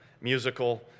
musical